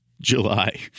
July